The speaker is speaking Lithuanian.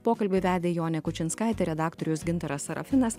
pokalbį vedė jonė kučinskaitė redaktorius gintaras sarafinas